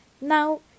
Now